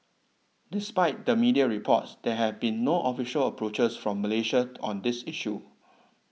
despite the media reports there have been no official approaches from Malaysia on this issue